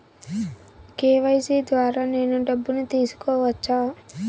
KYC ద్వారా నేను డబ్బును తీసుకోవచ్చా?